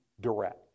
direct